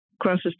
crosses